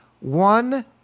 one